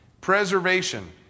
preservation